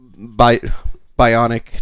bionic